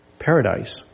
Paradise